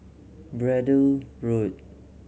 Braddell Road